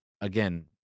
again